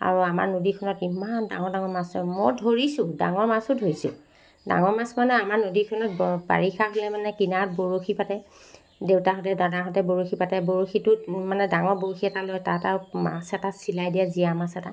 আৰু আমাৰ নদীখনত ইমান ডাঙৰ ডাঙৰ মাছ হয় মই ধৰিছোঁ ডাঙৰ মাছো ধৰিছোঁ ডাঙৰ মাছ মানে আমাৰ নদীখনত বৰ বাৰিষা হ'লে মানে কিনাৰত বৰশী পাতে দেউতাহঁতে দাদাহঁতে বৰশী পাতে বৰশীটোত মানে ডাঙৰ বৰশী এটা লয় তাত আৰু মাছ এটা চিলাই দিয়ে জীয়া মাছ এটা